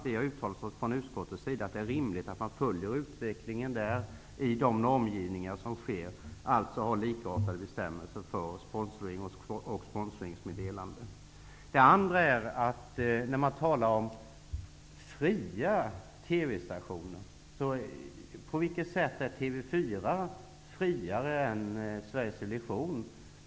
Utskottet har uttalat att det är rimligt att man följer utvecklingen när det gäller de normgivningar som sker, dvs. att vi skall ha likartade bestämmelser för sponsring och spronsringsmeddelanden. När man talar om fria TV-stationer, undrar jag på vilket sätt TV 4 är friare än Sveriges Television.